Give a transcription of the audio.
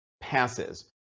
passes